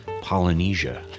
Polynesia